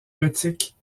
gothiques